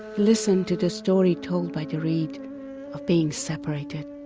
listen to the story told by the reed of being separated.